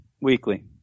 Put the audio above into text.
Weekly